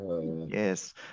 yes